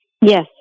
Yes